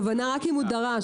רק אם הוא דרש.